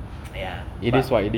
ya but